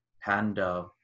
Panda